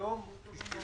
היום מי